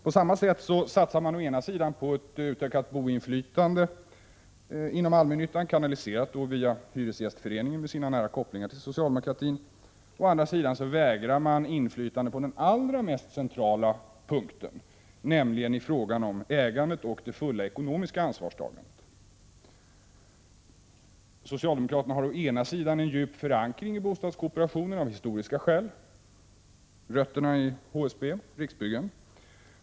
På samma sätt satsar man å ena sidan på ett utökat boendeinflytande inom allmännyttan, kanaliserat via hyresgästföreningen med dess nära kopplingar till socialdemokratin, och vägrar å andra sidan inflytande på den allra mest centrala punkten, nämligen i fråga om ägandet och det fulla ekonomiska ansvarstagandet. Socialdemokraterna har å ena sidan av historiska skäl en djup förankring i bostadskooperationen genom HSB och Riksbyggen.